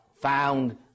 found